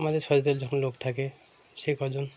আমাদের সাথেতে যখন লোক থাকে সে কজন